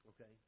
Okay